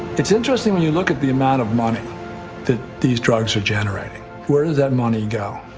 it's interesting when you look at the amount of money that these drugs are generating. where does that money go?